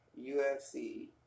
UFC